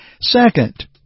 Second